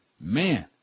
Man